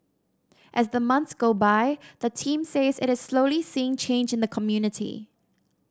as the months go by the team says it is slowly seeing change in the community